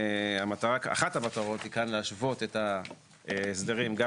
אחת המטרות היא להשוות את ההסדרים גם